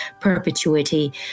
perpetuity